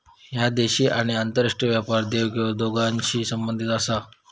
ह्या देशी आणि आंतरराष्ट्रीय व्यापार देवघेव दोन्हींशी संबंधित आसा